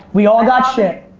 we all got shit.